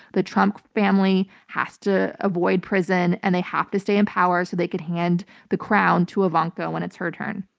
the trump family has to avoid prison and they have to stay in power so they can hand the crown to ivanka when it's her turn.